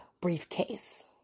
briefcase